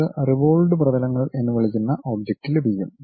നമുക്ക് റിവോൾവ്ഡ് പ്രതലങ്ങൾ എന്ന് വിളിക്കുന്ന ഒബ്ജക്റ്റ് ലഭിക്കും